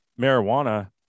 marijuana